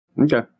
Okay